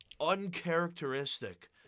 uncharacteristic